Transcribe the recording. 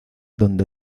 donde